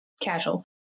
Casual